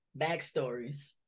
backstories